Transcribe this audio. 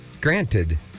granted